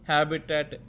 Habitat